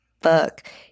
Fuck